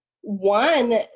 One